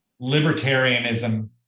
libertarianism